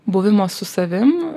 buvimo su savim